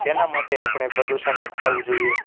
તેના માટે આપણે પ્રદૂષણ અટકાવવું જોઈએ